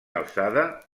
alçada